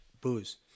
booze